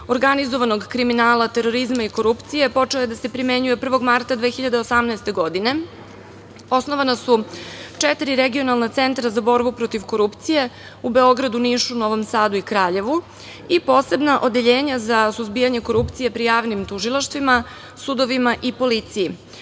organizovanog kriminala, terorizma i korupcije počeo je da se primenjuje 1. marta 2018. godine. Osnovana su četiri regionalna centra za borbu protiv korupcije u Beogradu, Nišu, Novom Sadu i Kraljevu i posebna odeljenja za suzbijanja korupcije pri javnim tužilaštvima, sudovima i policiji.